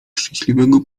szczęśliwie